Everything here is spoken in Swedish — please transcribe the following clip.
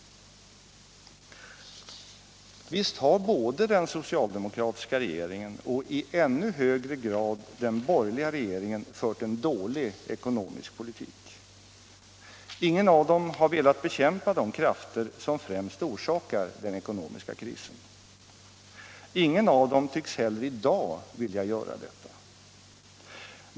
Visst har både den socialdemokratiska regeringen och i ännu högre grad den borgerliga regeringen fört en dålig ekonomisk politik. Ingen av dem har velat bekämpa de krafter som främst orsakar den ekonomiska krisen. Ingen av dem tycks heller i dag vilja göra detta.